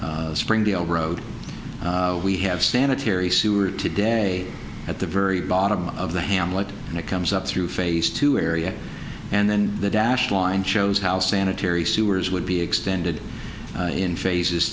springdale road we have sanitary sewer today at the very bottom of the hamlet and it comes up through phase two area and then the dash line shows how sanitary sewers would be extended in phases